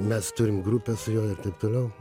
mes turim grupę su juo ir taip toliau